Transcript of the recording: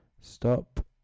Stop